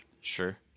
sure